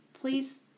please